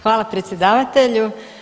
Hvala predsjedavatelju.